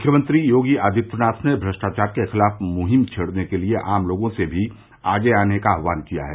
मुख्यमंत्री योगी आदित्यनाथ ने श्रष्टावार के खिलाफ मुहिम छेड़ने के लिए आम लोगों से भी आगे आने का आह्वान किया है